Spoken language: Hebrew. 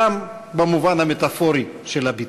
גם במובן המטפורי של הביטוי.